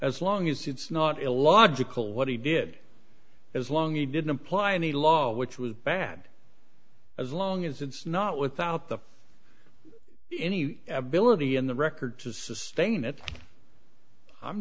as long as it's not illogical what he did as long as he didn't apply any law which was bad as long as it's not without the any ability in the record to sustain it i'm